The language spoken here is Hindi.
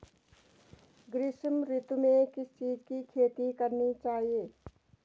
ग्रीष्म ऋतु में किस चीज़ की खेती करनी चाहिये?